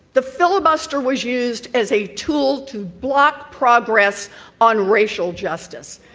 the filibuster was used as a tool to block progress on racial justice.